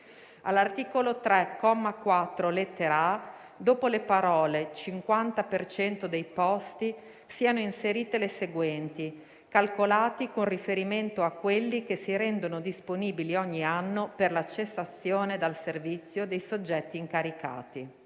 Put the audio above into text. all'articolo 3, comma 4, lettera *a)*, dopo le parole: "cinquanta per cento dei posti", siano inserite le seguenti: "calcolati con riferimento a quelli che si rendono disponibili ogni anno per la cessazione dal servizio dei soggetti incaricati,";